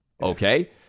Okay